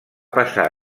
passar